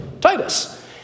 Titus